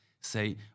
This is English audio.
say